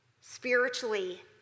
spiritually